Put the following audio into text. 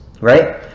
right